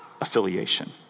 affiliation